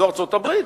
זאת ארצות-הברית.